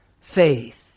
faith